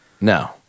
No